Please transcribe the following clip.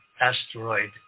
asteroid